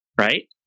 right